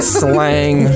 slang